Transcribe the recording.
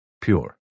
pure